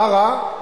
מה רע?